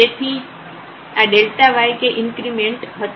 તેથી છે આ yકે ઇન્ક્રિમેન્ટ હતો